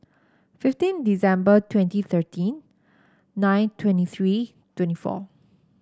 fifteen December twenty thirteen nine twenty three twenty four